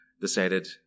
decided